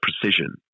precision